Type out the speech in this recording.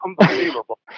Unbelievable